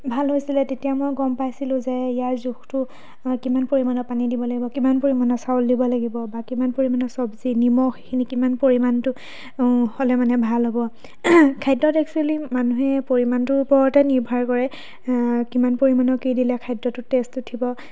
ভাল হৈছিলে তেতিয়া মই গম পাইছিলোঁ যে ইয়াৰ জোখটো কিমান পৰিমাণৰ পানী দিব লাগিব কিমান পৰিমাণৰ চাউল দিব লাগিব বা কিমান পৰিমাণৰ চবজি নিমখ সেইখিনি কিমান পৰিমাণটো হ'লে মানে ভাল হ'ব খাদ্যত একচ্যুৱেলি মানুহে পৰিমাণটোৰ ওপৰতে নিৰ্ভৰ কৰে কিমান পৰিমানৰ কি দিলে খাদ্যটোত টেষ্ট উঠিব